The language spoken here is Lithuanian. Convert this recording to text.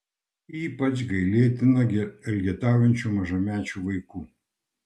ypač gailėta elgetaujančių mažamečių vaikų